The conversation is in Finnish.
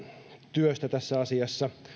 työstä tässä asiassa